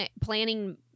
planning